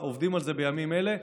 עובדים על זה בימים אלה.